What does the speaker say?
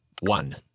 One